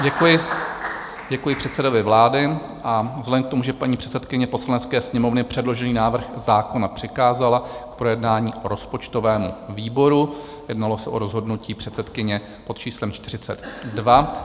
Děkuji, děkuji předsedovi vlády, a vzhledem k tomu, že paní předsedkyně Poslanecké sněmovny předložený návrh zákona přikázala k projednání rozpočtovému výboru, jednalo se o rozhodnutí předsedkyně pod číslem 42.